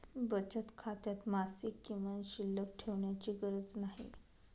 बचत खात्यात मासिक किमान शिल्लक ठेवण्याची गरज नाही